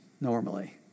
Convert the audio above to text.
normally